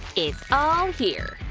it's all here!